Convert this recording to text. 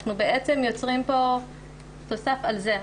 אנחנו בעצם יוצרים פה תוסף על זה.